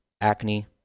acne